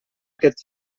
aquest